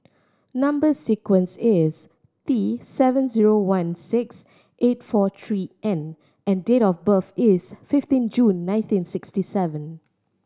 number sequence is T seven zero one six eight four three N and date of birth is fifteen June nineteen sixty seven